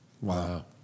Wow